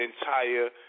entire